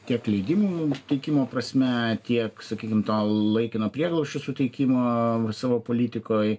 tiek leidimų teikimo prasme tiek sakykim to laikino prieglobsčio suteikimo savo politikoj